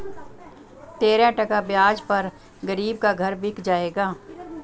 तेरह टका ब्याज पर गरीब का घर बिक जाएगा